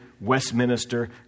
Westminster